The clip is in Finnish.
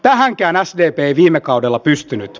tähänkään sdp ei viime kaudella pystynyt